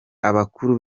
abakuru